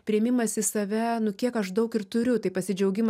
priėmimas į save nu kiek aš daug ir turiu tai pasidžiaugimas